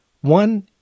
One